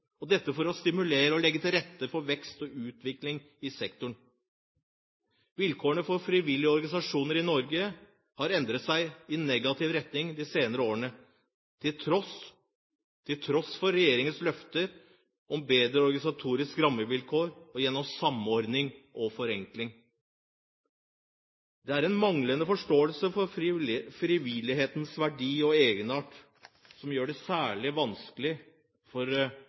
dette for så stimulere og legge til rette for vekst og utvikling i sektoren. Vilkårene for frivillige organisasjoner i Norge har endret seg i negativ retning de senere årene, til tross for regjeringens løfter om bedre organisatoriske rammevilkår gjennom samordning og forenkling. Manglende forståelse for frivillighetens verdi og egenart gjør det særlig vanskelig for